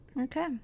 okay